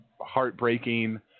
heartbreaking